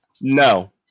No